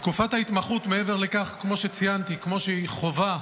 תקופת ההתמחות, מעבר לכך, כמו שציינתי שהיא חובה,